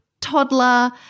toddler